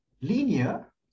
linear